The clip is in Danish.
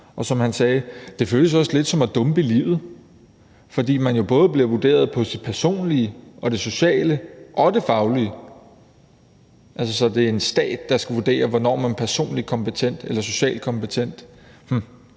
Og som han sagde: Det føles også lidt som at dumpe i livet. For man bliver jo både vurderet på sine personlige, sociale og faglige kompetencer. Så det er en stat, der skal vurdere, hvornår man er personligt eller socialt kompetent.